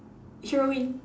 sure win